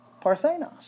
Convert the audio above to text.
Parthenos